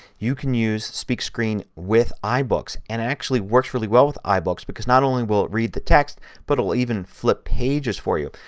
you can use speak screen with ibooks. it and actually works really well with ibooks because not only will it read the text but it will even flip pages for you.